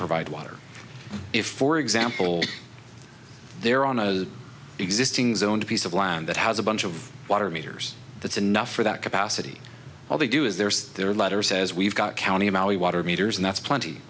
provide water if for example they're on a existing zoned piece of land that has a bunch of water meters that's enough for that capacity all they do is there's their letter says we've got county maui water meters and that's plenty